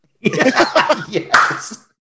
Yes